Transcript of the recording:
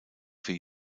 für